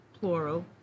plural